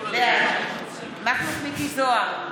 בעד מכלוף מיקי זוהר,